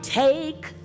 take